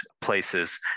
places